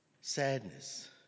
Sadness